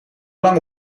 lang